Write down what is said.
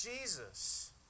Jesus